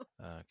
okay